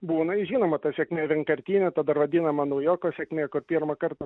būna i žinoma ta sėkmė vienkartinė ta dar vadinama naujoko sėkmė kur pirmą kartą